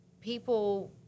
people